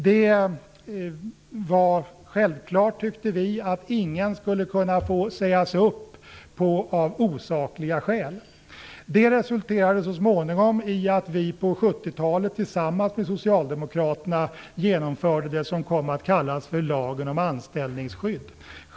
Vi tyckte det var självklart att ingen skulle få sägas upp av osakliga skäl. Det resulterade så småningom i att vi på 70-talet tillsammans med Socialdemokraterna genomförde det som kom att kallas för lagen om anställningsskydd.